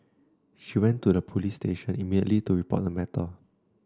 she went to a police station immediately to report the matter